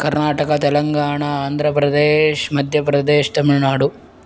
कर्नाटक तेलङ्गाण आन्द्रप्रदेशः मध्यप्रदेशः तमिळ्नाडु